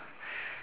very itchy